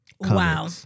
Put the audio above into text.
Wow